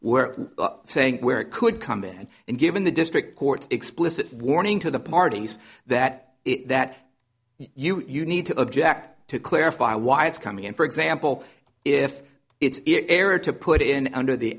were saying where it could come in and given the district court explicit warning to the parties that that you you need to object to clarify why it's coming in for example if it's it error to put it in under the